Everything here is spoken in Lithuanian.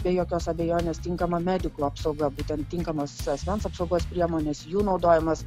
be jokios abejonės tinkama medikų apsauga būtent tinkamos asmens apsaugos priemonės jų naudojimas